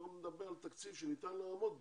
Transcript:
אנחנו נדבר על תקציב שניתן לעמוד בו.